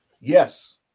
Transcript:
Yes